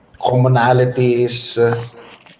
commonalities